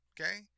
okay